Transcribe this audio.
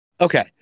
Okay